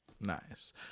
nice